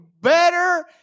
better